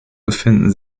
befinden